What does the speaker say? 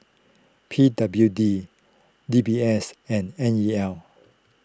P W D D B S and N E L